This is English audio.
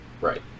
Right